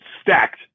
stacked